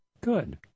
Good